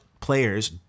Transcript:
players